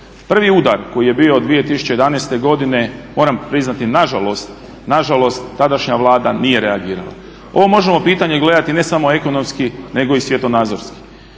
Prvi udar koji je bio 2011. godine moram priznati nažalost tadašnja Vlada nije reagirala. Ovo možemo pitanje gledati ne samo ekonomski nego i svjetonazorski.